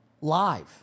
live